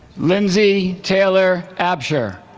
lindsay taylor absher